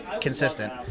consistent